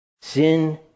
Sin